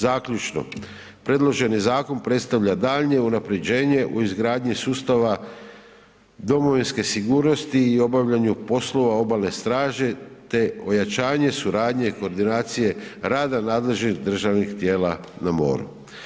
Zaključno, predloženi zakon predstavlja daljnje unapređenje u izgradnji sustava domovinske sigurnosti i obavljanju poslova obalne straže te ojačanje suradnje koordinacije rada nadležnih državnih tijela na moru.